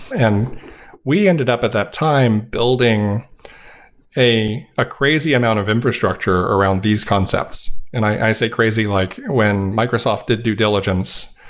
and we ended up at that time building a ah crazy amount of infrastructure around these concepts, and i say crazy like when microsoft did due diligence,